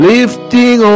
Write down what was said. Lifting